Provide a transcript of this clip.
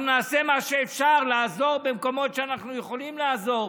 אנחנו נעשה מה שאפשר לעזור במקומות שאנחנו יכולים לעזור,